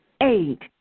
eight